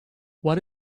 what